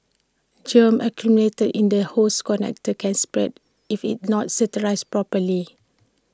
germs accumulated in the hose connector can spread if IT not sterilised properly